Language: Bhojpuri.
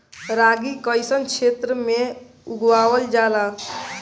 रागी कइसन क्षेत्र में उगावल जला?